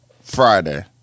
Friday